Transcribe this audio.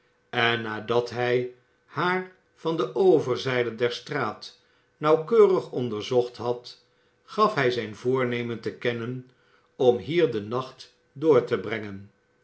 en nadat hij haar van de overzijde der straat nauwkeurig onderzocht had gaf hij zijn voornemen te kennen om hier den nacht door te brengen